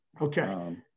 Okay